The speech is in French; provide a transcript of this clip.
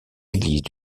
églises